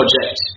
project